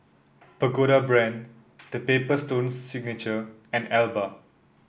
Pagoda Brand The Paper Stone Signature and Alba